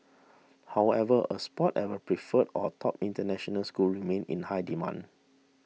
however a spot at a preferred or top international school remains in high demand